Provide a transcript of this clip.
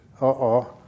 uh-oh